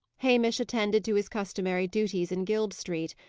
hamish attended to his customary duties in guild street,